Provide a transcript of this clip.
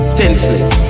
senseless